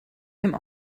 dem